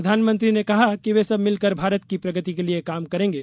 प्रधानमंत्री ने कहा कि वे सब मिलकर भारत की प्रगति के लिए काम करेंगे